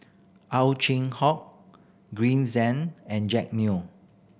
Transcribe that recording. Ow Chin Hock Green Zeng and Jack Neo